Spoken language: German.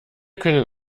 können